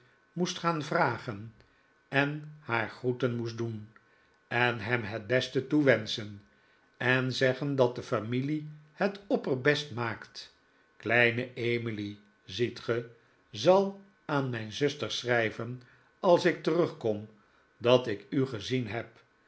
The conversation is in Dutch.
moest gaan vragen en naar groeten moest doen en hem het beste toewenschen en zeggen dat de familie het opperbest maakt kleine emily ziet ge zal aan mijn zuster schrijven als ik terugkom dat ik u gezien heb